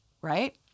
right